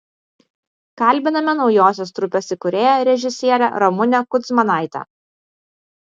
kalbiname naujosios trupės įkūrėją režisierę ramunę kudzmanaitę